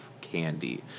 candy